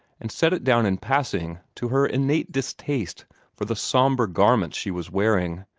and set it down in passing to her innate distaste for the somber garments she was wearing,